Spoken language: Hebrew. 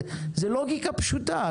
זאת לוגיקה פשוטה.